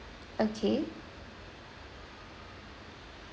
okay